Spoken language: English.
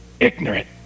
ignorant